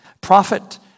prophet